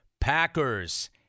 Packers